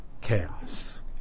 chaos